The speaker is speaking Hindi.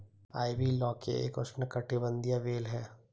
आइवी लौकी एक उष्णकटिबंधीय बेल है